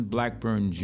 Blackburn